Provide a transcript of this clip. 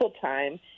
time